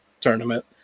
tournament